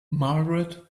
margaret